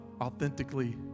authentically